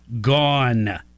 gone